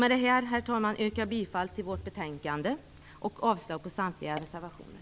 Med detta yrkar jag bifall till utskottets hemställan i betänkandet och avslag på samtliga reservationer.